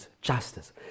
justice